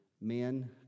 Men